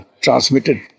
transmitted